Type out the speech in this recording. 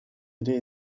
ere